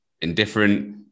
indifferent